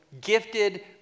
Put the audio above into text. gifted